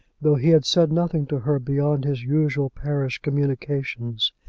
though he had said nothing to her beyond his usual parish communications.